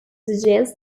suggest